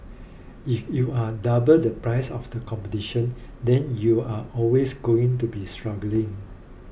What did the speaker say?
if you are double the price of the competition then you are always going to be struggling